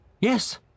yes